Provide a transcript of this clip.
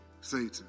Satan